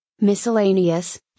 Miscellaneous